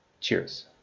cheers